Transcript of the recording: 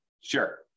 Sure